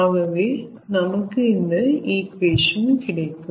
ஆக நமக்கு இந்த ஈகுவேஷன் கிடைக்கும்